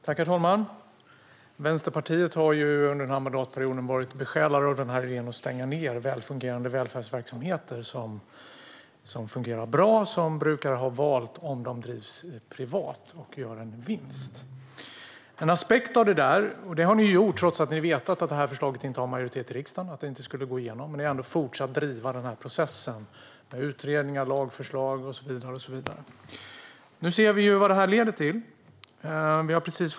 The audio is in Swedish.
Herr talman! Vänsterpartiet har under den här mandatperioden varit besjälat av idén att stänga ned välfärdsverksamheter som fungerar bra och som brukar ha valt om de drivs privat och gör en vinst. Det har ni varit trots att ni har vetat att förslaget inte haft majoritet i riksdagen och inte skulle gå igenom. Ni har ändå fortsatt driva processen med utredningar, lagförslag och så vidare. Nu ser vi vad det leder till.